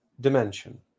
dimension